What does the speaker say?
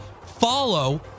follow